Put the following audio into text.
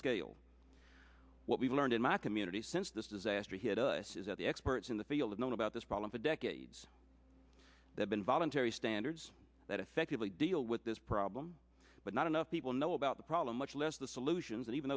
scale what we've learned in my community since this disaster hit us is that the experts in the field known about this problem for decades they've been voluntary standards that effectively deal with this problem but not enough people know about the problem much less the solutions and even